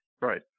Right